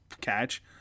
catch